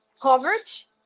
coverage